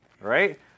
right